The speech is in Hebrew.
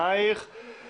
מי